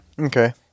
Okay